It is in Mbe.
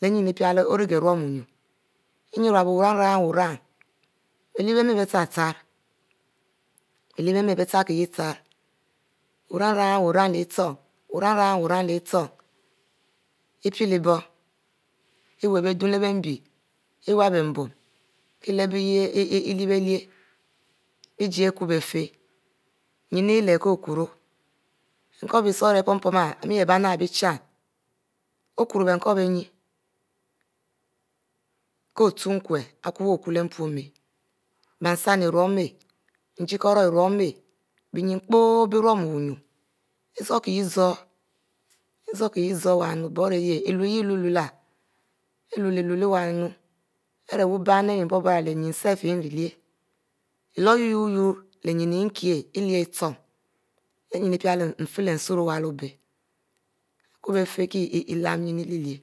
leh nyin ori gieh rumbunnu nyin irub-wu ran-ran bie lie mia bie chnchri bie nyin mbe bie chri-chri wu ran-ran leh nchong epic leh bon iwu biedum leh bie iyeih bicbinn kie lebiue yah elyieh bie lie ijic akubo afie nyin eliekie okuro cup ishu ari pomkie pom ari rie bie bom arinaira bie chin oriku ro bie cup bie nyin kó uturnkur kie ari kukwo leh ipoh mpa bie shina irun ma ngickoro irun ezorkle yah zoro wu eluel yeh iuel ielu-el-uuel iyah ari wu bann uh nyin spe iri lie ilo uulu-u-u leh nyin eleleie leh nyin epiele nfie nsuron loro bie akubo kie lerm nyin elelie